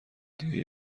دیگه